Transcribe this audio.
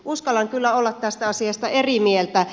uskallan kyllä olla tästä asiasta eri mieltä